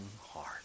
heart